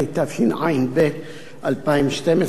התשע"ב 2012,